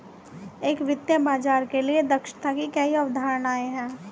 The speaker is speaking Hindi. एक वित्तीय बाजार के लिए दक्षता की कई अवधारणाएं हैं